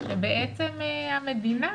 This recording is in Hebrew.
שבעצם המדינה